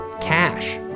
Cash